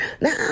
Now